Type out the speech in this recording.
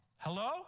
Hello